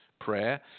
prayer